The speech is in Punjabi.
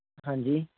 ਹਾਂਜੀ